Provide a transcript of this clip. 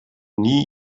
nie